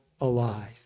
alive